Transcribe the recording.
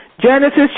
Genesis